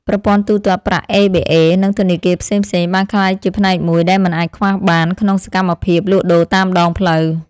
ប្រព័ន្ធទូទាត់ប្រាក់អេប៊ីអេ និងធនាគារផ្សេងៗបានក្លាយជាផ្នែកមួយដែលមិនអាចខ្វះបានក្នុងសកម្មភាពលក់ដូរតាមដងផ្លូវ។